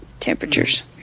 Temperatures